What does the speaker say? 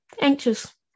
anxious